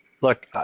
Look